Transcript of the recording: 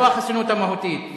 לא החסינות המהותית,